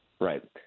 Right